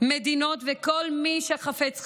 מדינות וכל מי שחפץ חיים.